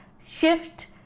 shift